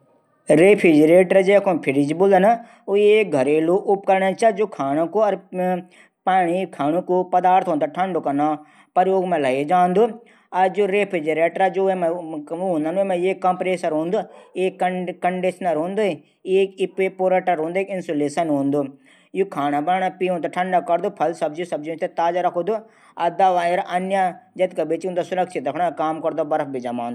रेफ्रिजरेटर जैकुण फ्रीज बुदन ऊ एक घरेलू उपकरण च। जू खाणू पीणू चीजों थै ठंडू और ताजा रखदू। रेफ्रिजरेटर मा एक कम्प्रेसर हूंदू एक कंडीशनर हूंदू एक एपीपोटर हूंदू इसुलेशन हूंदू। यू खाणू पीणू चीजों थै ठंडू और ताजा रखदू। यू दवाई और अन्य सामग्री थै सुरक्षित रखणू काम करदू। और बर्फ भी जमांदू